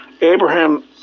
Abraham